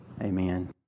amen